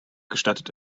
gestattet